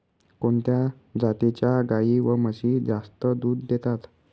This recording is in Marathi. कोणत्या जातीच्या गाई व म्हशी जास्त दूध देतात?